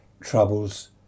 troubles